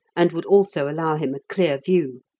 and would also allow him a clear view.